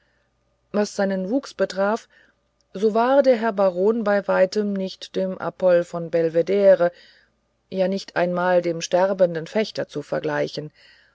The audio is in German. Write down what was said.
was seinen wuchs betraf so war der herr baron bei weitem nicht dem apollo von belvedere ja nicht einmal dem sterbenden fechter zu vergleichen